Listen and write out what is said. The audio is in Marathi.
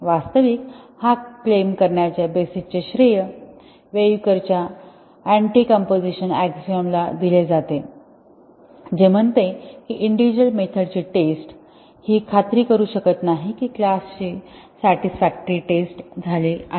वास्तविक हा क्लेम करण्याच्या बेसिसचे श्रेय व्येयुकर च्या Anticomposition axiom ला दिले जाते जे म्हणते की इंडिविज्युअल मेथड ची टेस्ट ही खात्री करू शकत नाही की क्लास ची सॅटिसफॅक्टरी टेस्ट झाली आहे